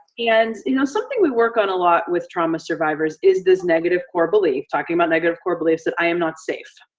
and you know something we work on a lot with trauma survivors is this negative core belief, talking about negative core beliefs that i am not safe.